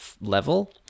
level